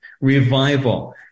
revival